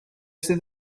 sydd